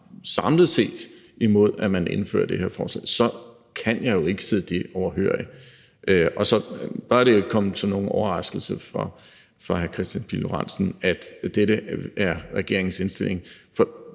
samlet set advarer imod, at man indfører det her forslag, kan jeg jo ikke sidde det overhørig. Og så bør det ikke komme som nogen overraskelse for hr. Kristian Pihl Lorentzen, at dette er regeringens indstilling,